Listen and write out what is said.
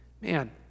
man